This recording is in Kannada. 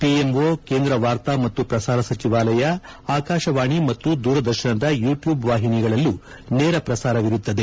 ಪಿಎಂಒ ಕೇಂದ್ರ ವಾರ್ತಾ ಮತ್ತು ಪ್ರಸಾರ ಸಚಿವಾಲಯ ಆಕಾಶವಾಣಿ ಮತ್ತು ದೂರದರ್ಶನದ ಯೂಟ್ಯೂಬ್ ವಾಹಿನಿಗಳಲ್ಲೂ ನೇರ ಪ್ರಸಾರವಿರುತ್ತದೆ